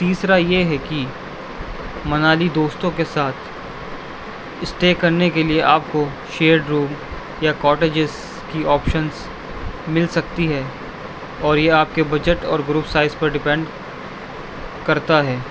تیسرا یہ ہے کہ منالی دوستوں کے ساتھ اسٹے کرنے کے لیے آپ کو شیئرڈ روم یا کوٹیجیز کی آپشنز مل سکتی ہے اور یہ آپ کے بجٹ اور گروپ سائز پر ڈیپینڈ کرتا ہے